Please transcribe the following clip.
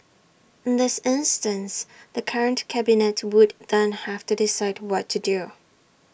in this instance the current cabinet would then have to decide what to do